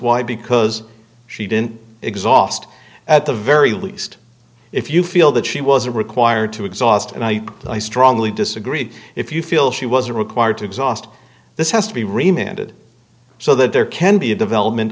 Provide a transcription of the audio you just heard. why because she didn't exhaust at the very least if you feel that she wasn't required to exhaust and i strongly disagree if you feel she was required to exhaust this has to be reminded so that there can be a development